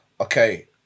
Okay